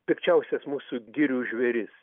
pikčiausias mūsų girių žvėris